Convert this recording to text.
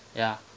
ya